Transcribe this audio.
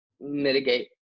mitigate